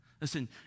Listen